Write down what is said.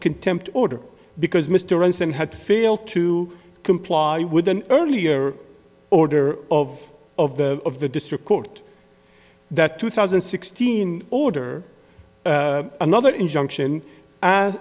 contempt order because mr ranson had failed to comply with an earlier order of of the of the district court that two thousand and sixteen order another injunction a